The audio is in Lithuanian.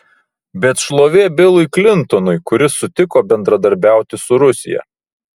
bet šlovė bilui klintonui kuris sutiko bendradarbiauti su rusija